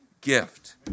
gift